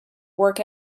work